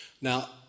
Now